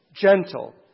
gentle